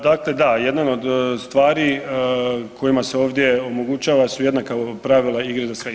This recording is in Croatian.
Dakle da, jedan od stvari kojima se ovdje omogućava su jednaka pravila igre za sve.